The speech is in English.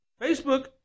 Facebook